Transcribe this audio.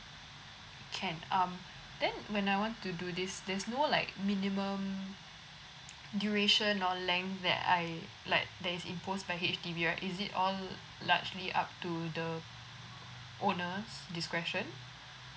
can um then when I want to do this there's no like minimum duration or length that I like that is imposed by H_D_B right is it all largely up to the owner's discretion